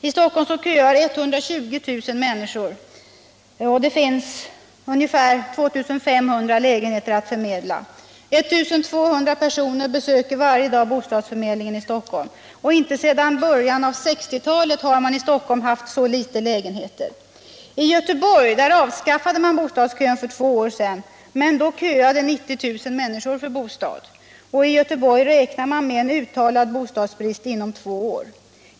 I Stockholm köar 120 000 människor för bostad, och det finns ungefär 2 500 lägenheter att förmedla. 1 200 personer besöker varje dag bostadsförmedlingen i Stockholm. Inte sedan början av 1960-talet har man i Stockholm haft så få lägenheter. I Göteborg avskaffade man bostadskön för två år sedan, men då köade 90 000 människor för bostad. I Göteborg räknar man med en uttalad bostadsbrist inom två år.